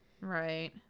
Right